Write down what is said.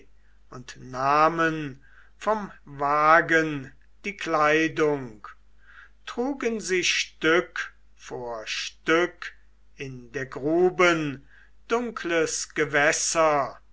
und nahmen vom wagen die kleidung trugen sie stück vor stück in der gruben dunkles gewässer